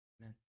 Amen